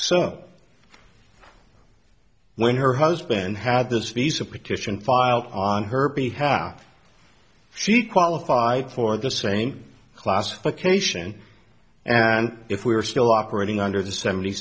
so when her husband had the species of petition filed on her behalf she qualified for the same classification and if we were still operating under the seventy